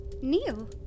Neil